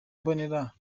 mbonera